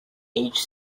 age